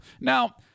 Now